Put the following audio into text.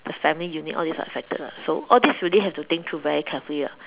the family unit all this are affected [what] so all this really have to think to very carefully ah